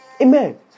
Amen